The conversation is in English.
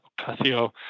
Ocasio